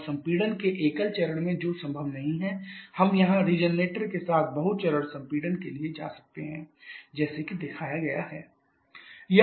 और सम्पीडन के एकल चरण में जो संभव नहीं है हम यहां पुनर्जनन के साथ बहु चरण संपीड़न के लिए जा सकते हैं जैसे कि दिखाया गया है